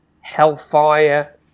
Hellfire